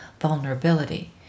vulnerability